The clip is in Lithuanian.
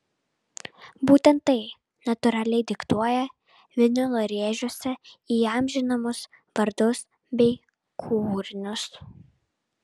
būtent tai natūraliai diktuoja vinilo rėžiuose įamžinamus vardus bei kūrinius